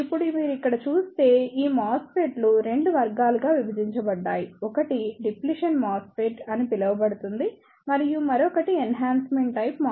ఇప్పుడు మీరు ఇక్కడ చూస్తే ఈ MOSFET లు 2 వర్గాలుగా విభజించబడ్డాయి ఒకటి డిప్లిషన్ MOSFET అని పిలువబడుతుంది మరియు మరొకటి ఎన్హాన్స్మెంట్ టైప్ MOSFET